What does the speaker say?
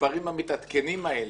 המספרים המתעדכנים האלה,